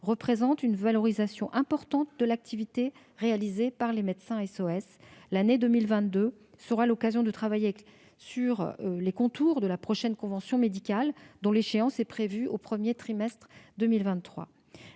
représente une valorisation importante de l'activité réalisée par les médecins SOS. L'année 2022 sera l'occasion de travailler les contours de la prochaine convention médicale, dont l'échéance est prévue au premier trimestre de 2023.